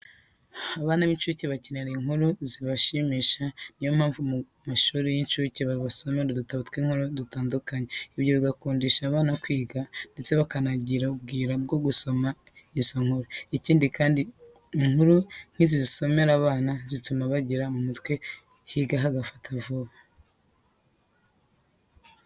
Abana b'incuke bakenera inkuru zibashimisha ni yo mpamvu mu mashuri y'incuke babasomera udutabo tw'inkuru dutandukanye, ibyo bigakundisha abana kwiga ndetse bakanajyira ubwira bwo gusoma izo nkuru, ikindi kandi inkuru nk'izi zisomerwa abana zituma bagira mu mutwe higa hagafata vuba.